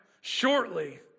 shortly